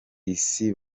isi